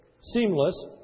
Seamless